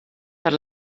per